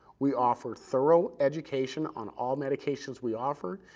we offer thorough education on all medications we offer,